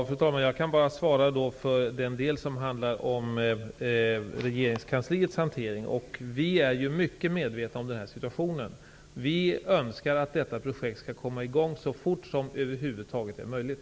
Fru talman! Jag kan bara svara för den del som rör regeringskansliets hantering. I regeringskansliet är vi väl medvetna om den här besvärliga situationen, och vi önskar att detta projekt skall komma i gång så fort som det överhuvud taget är möjligt.